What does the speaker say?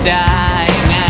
dying